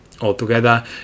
Altogether